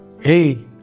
hey